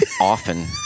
Often